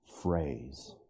phrase